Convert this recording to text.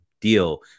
deal